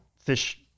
Fish